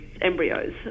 Embryos